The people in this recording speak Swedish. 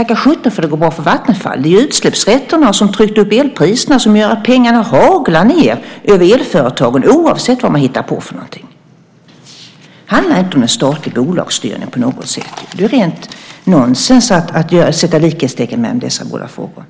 Tacka sjutton för att det går bra för Vattenfall! Det är utsläppsrätterna som har tryckt upp elpriserna och som gör att pengarna haglar ned över elföretagen oavsett vad de hittar på för någonting. Det handlar inte om statlig bolagsstyrning på något sätt. Det är rent nonsens att sätta likhetstecken mellan dessa båda frågor.